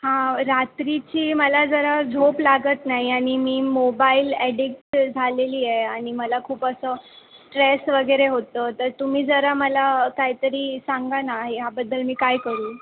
हां रात्रीची मला जरा झोप लागत नाही आणि मी मोबाईल ॲडिक्ट झालेली आहे आणि मला खूप असं स्ट्रेस वगैरे होतं तर तुम्ही जरा मला काही तरी सांगा ना ह्याबद्दल मी काय करू